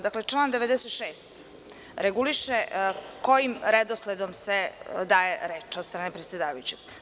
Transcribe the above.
Dakle, član 96. reguliše kojim redosledom se daje reč od strane predsedavajućeg.